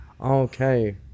Okay